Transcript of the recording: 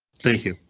thank you,